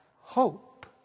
hope